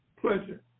pleasure